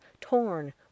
torn